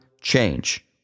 change